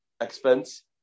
expense